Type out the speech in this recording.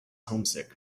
homesick